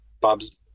Bob's